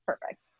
perfect